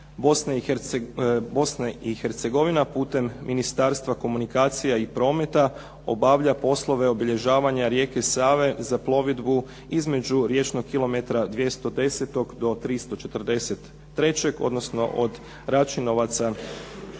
Bosna i Hercegovina putem Ministarstva komunikacija i prometa obavlja poslove obilježavanja rijeke Save za plovidbu između riječnog kilometra 210. do 343., odnosno od Račinovaca